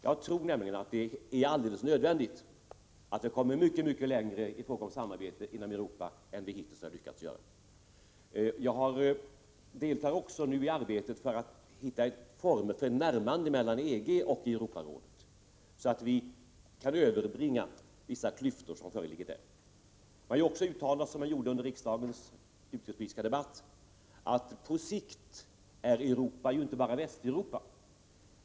Jag tror nämligen att det är alldeles nödvändigt att vi kommer mycket längre med samarbetet i Europa än vi hittills lyckats göra. För närvarande deltar jag i arbetet för att hitta former för ett närmande mellan EG och Europarådet, så att vi kan överbrygga vissa klyftor. Jag vill även säga, och det framhöll jag också under riksdagens utrikespolitiska debatt, att Europa ju inte bara är Västeuropa.